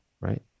right